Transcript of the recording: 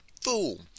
Fool